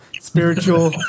spiritual